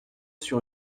sur